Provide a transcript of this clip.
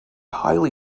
highly